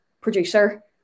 producer